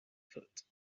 foot